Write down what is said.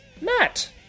Matt